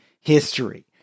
history